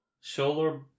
shoulder